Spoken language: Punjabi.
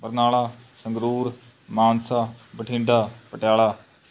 ਬਰਨਾਲਾ ਸੰਗਰੂਰ ਮਾਨਸਾ ਬਠਿੰਡਾ ਪਟਿਆਲਾ